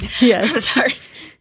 Yes